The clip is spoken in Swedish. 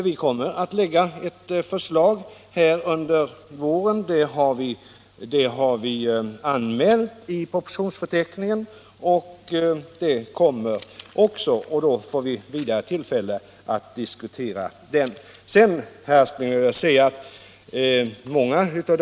Vi kommer under våren att framlägga ett förslag om familjepolitiken —- det har vi anmält i propositionsförteckningen. Vi får då tillfälle att ytterligare diskutera den frågan.